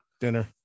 dinner